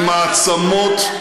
ומצביעים נגדנו באו"ם, אז מה יצא?